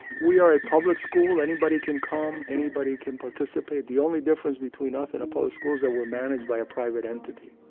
we are a public school, anybody can come, anybody can participate. the only difference between us and a public school is that we're managed by a private entity.